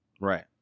Right